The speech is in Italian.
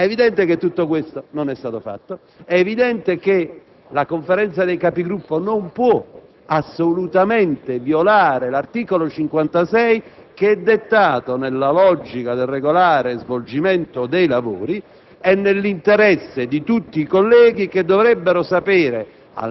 È chiaro che tutto questo non è stato fatto. È evidente che la Conferenza dei Capigruppo non può assolutamente violare l'articolo 56, che è dettato nella logica del regolare svolgimento dei lavori e nell'interesse di tutti i colleghi, i quali dovrebbero sapere,